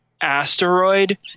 Asteroid